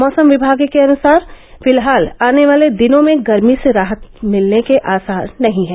मौसम विभाग के अनुसार फिलहाल आने वाले दिनों में गर्मी से राहत मिलने के आसार नही है